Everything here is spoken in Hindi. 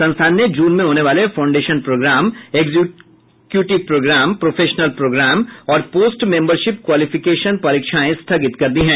संस्थान ने जून में होने वाले foundation program executive program professional program और पोस्ट मेंबरशिप क्वालिफिकेशन परीक्षाएं स्थगित कर दी है